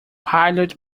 pilot